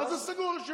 מה זה הדבר הזה?